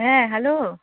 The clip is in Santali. ᱦᱮᱸ ᱦᱮᱞᱳ